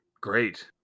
great